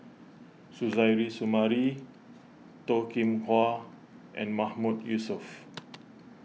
Suzairhe Sumari Toh Kim Hwa and Mahmood Yusof